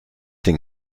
den